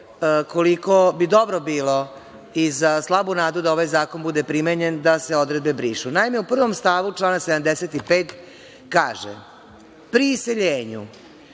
koliko bi dobro bilo, i za slabu nadu da ovaj zakon bude primenjen, da se odredbe brišu. Naime, u prvom stavu člana 75. kaže